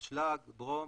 אשלג, ברום.